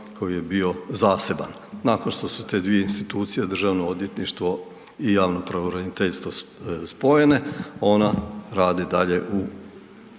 koji je bio zaseban. Nakon što su te dvije institucije državno odvjetništvo i javno pravobraniteljstvo spojene ona radi dalje u